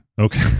Okay